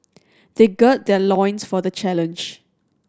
they gird their loins for the challenge